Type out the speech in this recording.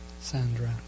Sandra